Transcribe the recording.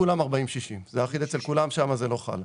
כולם 40-60, זה אחיד אצל כולם, שם זה לא חל.